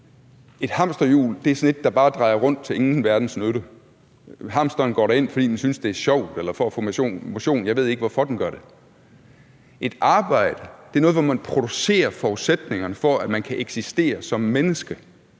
Et hamsterhjul er sådan et, der bare drejer rundt til ingen verdens nytte. Hamsteren går derind, fordi den synes, det er sjovt, eller for at få motion. Jeg ved ikke, hvorfor den gør det. Et arbejde er noget, hvor man producerer forudsætningerne for, at man kan eksistere som menneske,